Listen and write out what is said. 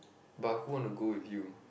but who want to go with you